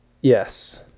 Yes